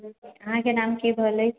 अहाँके नाम कि भेले